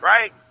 Right